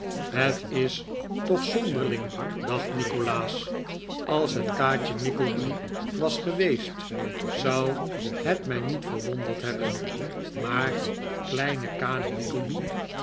het is toch zonderling dacht nikolaas als het kaatje nickleby was geweest zou het mij niet verwonderd hebben maar kleine ka nickleby